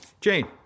Jane